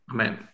Amen